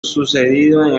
sucedido